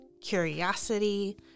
curiosity